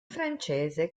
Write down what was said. francese